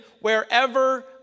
wherever